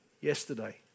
yesterday